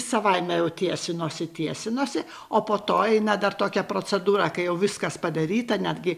savaime jau tiesinosi tiesinosi o po to eina dar tokia procedūra kai jau viskas padaryta netgi